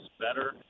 better